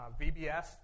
VBS